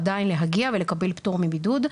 עדיין להגיע ולקבל פטור מבידוד.